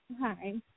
Hi